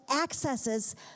accesses